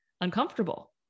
uncomfortable